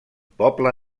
poble